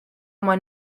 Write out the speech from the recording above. oma